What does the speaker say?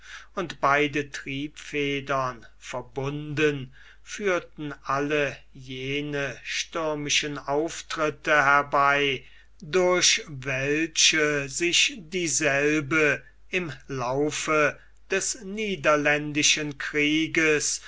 und beide triebfedern verbunden führten alle jene stürmischen auftritte herbei durch welche sich dieselbe im laufe des niederländischen krieges